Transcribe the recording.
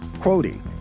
Quoting